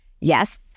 Yes